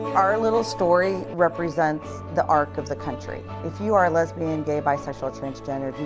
our little story represents the arc of the country if you are lesbian, gay, bisexual, transgender,